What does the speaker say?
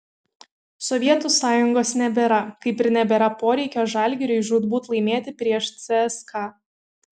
sovietų sąjungos nebėra kaip ir nebėra poreikio žalgiriui žūtbūt laimėti prieš cska